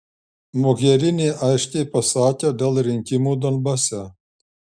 mogherini aiškiai pasakė dėl rinkimų donbase